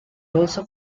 also